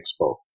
expo